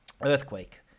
earthquake